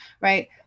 right